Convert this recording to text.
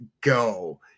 go